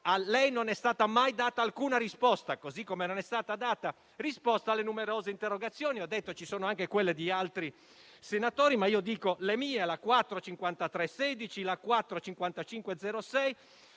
A lei non è stata mai data alcuna risposta, così come non è stata data risposta alle numerose interrogazioni (come ho detto ci sono anche quelle di altri senatori) ma io parlo delle mie: la